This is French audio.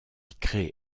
crée